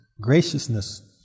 graciousness